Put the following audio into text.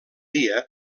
dia